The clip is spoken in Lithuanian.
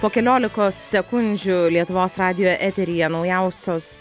po keliolikos sekundžių lietuvos radijo eteryje naujausios